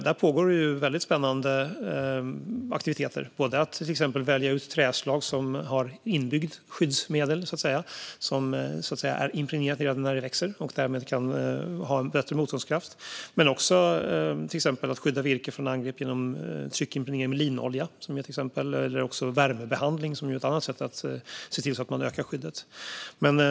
Där pågår det väldigt spännande aktiviteter både när det gäller att välja ut träslag som så att säga har inbyggt skyddsmedel och som är impregnerat redan när det växer och därmed har en bättre motståndskraft och när det gäller att skydda virke från angrepp genom tryckimpregnering med linolja eller värmebehandling, som är ett annat sätt att se till att man ökar skyddet.